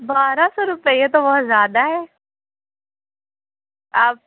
بارہ سو روپیے یہ تو بہت زیادہ ہے آپ